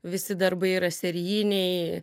visi darbai yra serijiniai